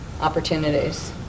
opportunities